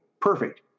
Perfect